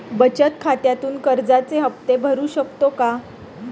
बचत खात्यामधून कर्जाचे हफ्ते भरू शकतो का?